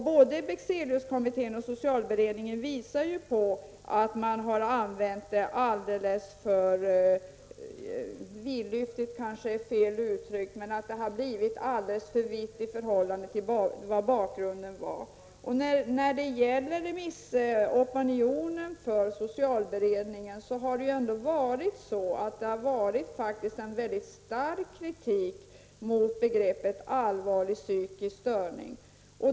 Både Bexeliuskommittén och socialberedningen påvisar ju att man har använt det alldeles för vitt -- vidlyftigt är kanske fel uttryck -- i förhållande till vad bakgrunden var. När det gäller remissopinionen för socialberedningen har det ändå framförts mycket stark kritik mot begreppet allvarlig psykisk störning.